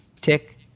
Tick